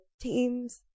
teams